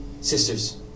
Sisters